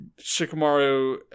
Shikamaru